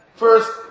first